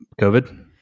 COVID